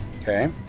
Okay